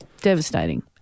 Devastating